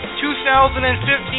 2015